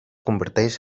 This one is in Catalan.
converteix